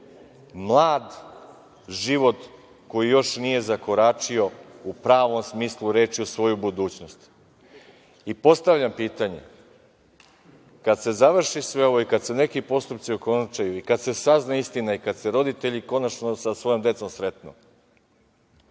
mlad život koji još nije zakoračio u pravom smislu reči u svoju budućnost. Postavljam pitanje, kada se završi sve ovo i kada se neki postupci okončaju i kada se sazna istina, kada se roditelji konačno sa svojom decom sretnu,